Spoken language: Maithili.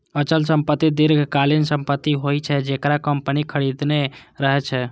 अचल संपत्ति दीर्घकालीन संपत्ति होइ छै, जेकरा कंपनी खरीदने रहै छै